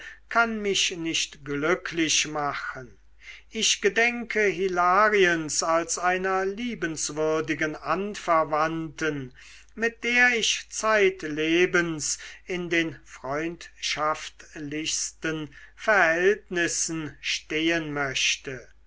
kann mich nicht glücklich machen ich gedenke hilariens als einer liebenswürdigen anverwandten mit der ich zeitlebens in den freundschaftlichsten verhältnissen stehen möchte